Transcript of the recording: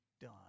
done